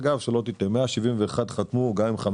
171 חתמו על המכתב,